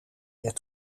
weer